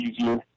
easier